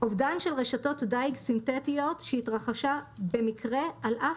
אובדן של רשתות דיג סינתטיות שהתרחש במקרה על אף